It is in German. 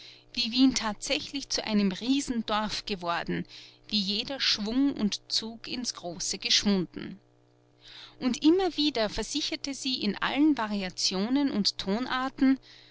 wie wien tatsächlich zu einem riesendorf geworden wie jeder schwung und zug ins große geschwunden und immer wieder versicherte sie in allen variationen und tonarten